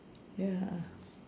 ya